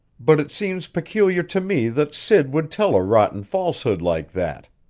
but it seems peculiar to me that sid would tell a rotten falsehood like that.